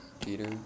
Peter